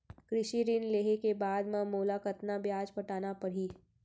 कृषि ऋण लेहे के बाद म मोला कतना ब्याज पटाना पड़ही?